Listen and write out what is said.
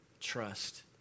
trust